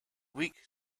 weak